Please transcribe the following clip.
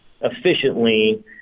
efficiently